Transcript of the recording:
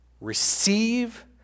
receive